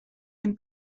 den